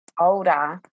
older